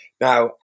now